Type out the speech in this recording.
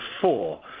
four